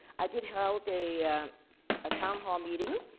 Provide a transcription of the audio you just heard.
i did held a ah town hall meeting.